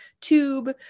tube